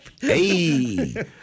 Hey